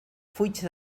fuig